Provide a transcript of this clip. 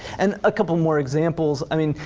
and a couple more examples, i mean,